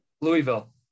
Louisville